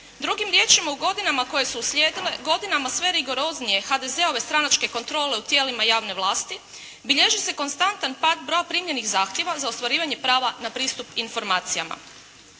Drugim riječima, u godinama koje su uslijedile godinama sve rigoroznije HDZ-ove stranačke kontrole u tijelima javne vlasti bilježi se konstantan pad broja primljenih zahtjeva za ostvarivanje prava na pristup informacijama.